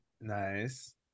Nice